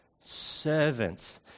Servants